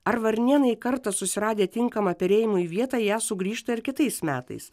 ar varnėnai kartą susiradę tinkamą perėjimui vietą į ją sugrįžta ir kitais metais